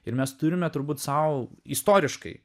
ir mes turime turbūt sau istoriškai